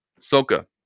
Soka